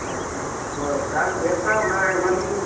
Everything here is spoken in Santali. ᱟᱪᱪᱷᱟ ᱟᱪᱪᱷᱟ ᱦᱳᱭ ᱚᱠᱟ ᱵᱮᱥᱟ ᱚᱱᱟ ᱮᱢᱟᱞᱤᱧ ᱵᱤᱱ